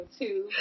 two